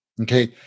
Okay